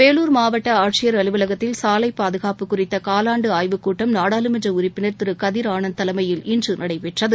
வேலூர் மாவட்ட ஆட்சியர் அலுவலகத்தில் சாலை பாதுகாப்பு குறித்த காலாண்டு ஆய்வு கூட்டம் நாடாளுமன்ற உறுப்பினர் திரு கதிர் ஆனந்த் தலைமையில் இன்று நடைபெற்றது